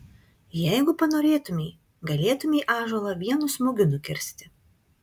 jeigu panorėtumei galėtumei ąžuolą vienu smūgiu nukirsti